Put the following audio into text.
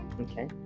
okay